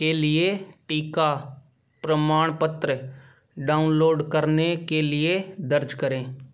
के लिए टीका प्रमाण पत्र डाउनलोड करने के लिए दर्ज़ करे